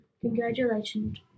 Congratulations